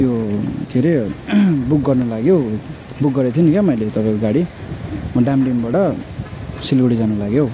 त्यो के अरे बुक गर्नुको लागि हौ बुक गरेको थिएँ नि क्या मैले तपाईँको गाडी म डामडिमबाट सिलगढी जानको लागि हौ